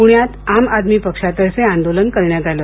पूण्यात आम आदमी पक्षातर्फे आंदोलन करण्यात आलं